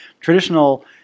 traditional